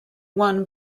won